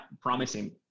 promising